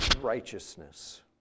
righteousness